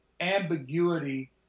ambiguity